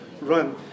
run